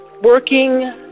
working